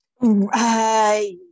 Right